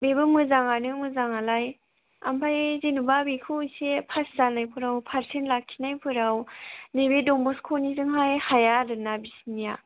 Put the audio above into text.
बेबो मोजाङानो मोजाङालाय ओमफ्राय जेनेबा बेखौ एसे पास जानायफोराव पारसेन्ट लाखिनायफोराव नैबे डनबस्क'निजोंहाय हाया आरोना बिसोरनिया